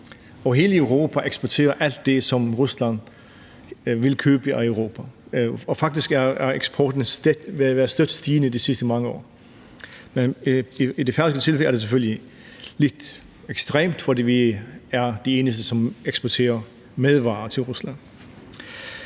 hele Europa eksporterer alt det, som Rusland vil købe i Europa. Faktisk har eksporten været støt stigende gennem de sidste mange år. Men i det færøske tilfælde er det selvfølgelig lidt ekstremt, fordi vi er de eneste, som eksporterer madvarer til Rusland.